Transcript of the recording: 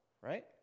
right